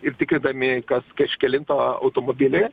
ir tikridami kas kažkelinto automobilį